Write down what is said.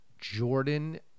Jordan